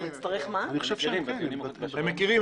הם מכירים.